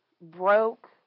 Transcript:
broke